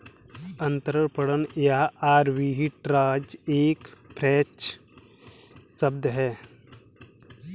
अंतरपणन या आर्बिट्राज एक फ्रेंच शब्द है